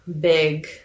big